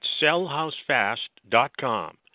sellhousefast.com